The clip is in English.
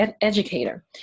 educator